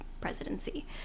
presidency